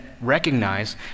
recognize